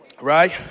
Right